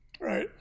right